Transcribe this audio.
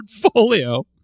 portfolio